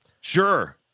sure